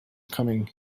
coming